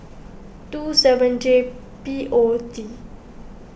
two seven J P O T